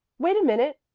wait a minute,